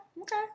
Okay